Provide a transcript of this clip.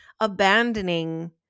abandoning